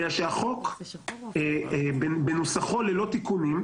מכיוון שהחוק בנוסחו ללא תיקונים,